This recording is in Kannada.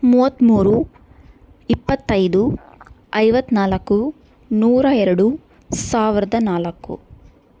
ಮೂವತ್ತ್ಮೂರು ಇಪ್ಪತ್ತೈದು ಐವತ್ತ್ನಾಲ್ಕು ನೂರ ಎರಡು ಸಾವಿರದ ನಾಲ್ಕು